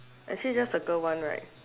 actually just circle one right